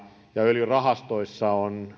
öljyrahastoissa on